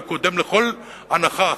וקודם לכל הנחה אחרת.